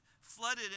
flooded